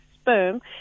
sperm